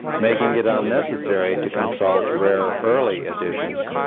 making it unnecessary to consult rare early editions?